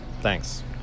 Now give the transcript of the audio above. Thanks